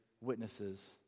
witnesses